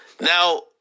Now